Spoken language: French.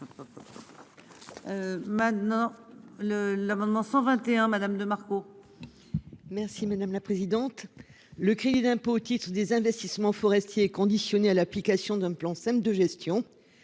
Maintenant le l'amendement 121 madame de Marco. Merci madame la présidente. Le crédit d'impôt au titre des investissements forestiers conditionnée à l'application d'un plan de gestion.